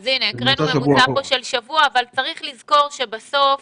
אז, הנה, הקראנו ממוצע של שבוע אבל צריך לזכור שאם